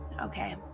Okay